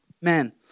Man